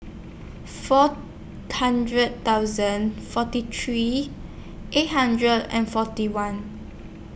four hundred thousand forty three eight hundred and forty one